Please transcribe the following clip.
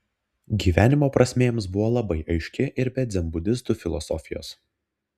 gyvenimo prasmė jiems buvo labai aiški ir be dzenbudistų filosofijos